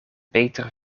peter